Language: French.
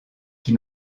qui